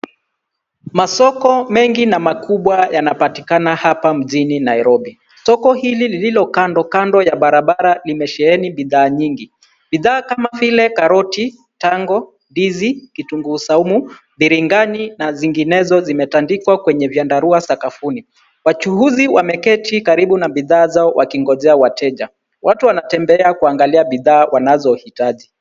Masoko mengi na makubwa yanapatikana hapa mjini Nairobi. Soko hili lilolo kandokando ya barabara limesheheni bidhaa nyingi. Bidhaa kama vile karoti, tango, ndizi, kitunguu saumu, biringani, na zinginezo zimetandikwa kwenye vyandarua sakafuni. Wachuuzi wameketi karibu na bidhaa zao wakiuzia wateja. Watu wanatembea kuangalia bidhaa wanazohitaji.